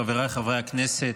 חבריי חברי הכנסת,